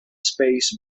space